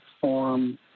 form